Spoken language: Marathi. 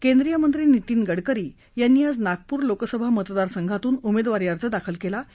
केंद्रीय मंत्री नितीन गडकरी यांनी आज नागपूर लोकसभा मतदारसंघातून उमद्वविरी अर्ज दाखल कळा